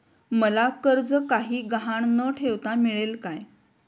मला कर्ज काही गहाण न ठेवता मिळेल काय?